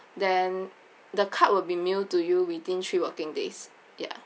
then the card will be mailed to you within three working days ya